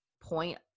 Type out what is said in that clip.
point